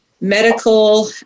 medical